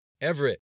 Everett